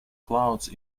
clouds